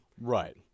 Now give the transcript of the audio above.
Right